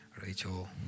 Rachel